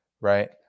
right